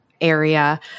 area